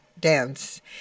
dance